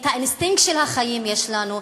את האינסטינקט של החיים יש לנו,